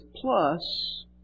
plus